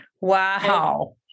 Wow